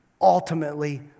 ultimately